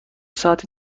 ساعتی